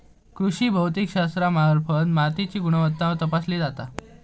कृषी भौतिकशास्त्रामार्फत मातीची गुणवत्ता तपासली जाता